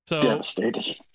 devastated